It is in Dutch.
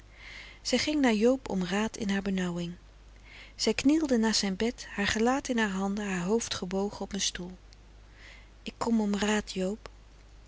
zij ging naar joob om raad in haar benauwing zij knielde naast zijn bed haar gelaat in haar handen haar hoofd gebogen op een stoel ik kom om raad joob